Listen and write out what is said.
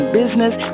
business